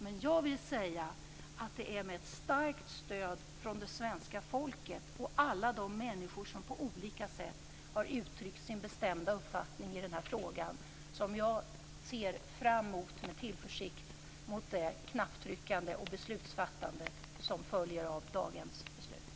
Men jag vill säga att det är med ett starkt stöd från svenska folket och alla de människor som på olika sätt har uttryckt sin bestämda uppfattning i den här frågan som jag med tillförsikt ser fram emot det knapptryckande och beslutsfattande som följer av dagens beslut.